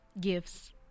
Gifts